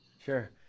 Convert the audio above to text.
Sure